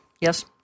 Yes